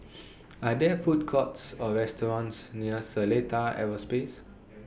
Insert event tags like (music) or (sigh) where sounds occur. (noise) Are There Food Courts Or restaurants near Seletar Aerospace